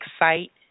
excite